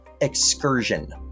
excursion